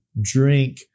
drink